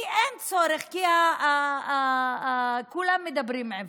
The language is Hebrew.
כי אין צורך, כי כולם מדברים עברית.